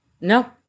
No